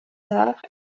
arts